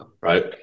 right